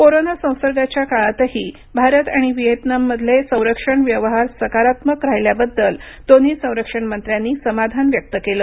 corona संसर्गाच्या काळातही भारत आणि व्हिएतनाममधले संरक्षण व्यवहार सकारात्मक राहिल्याबद्दल दोन्ही संरक्षण मंत्र्यांनी समाधान व्यक्त केलं